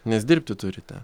nes dirbti turite